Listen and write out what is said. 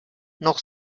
noch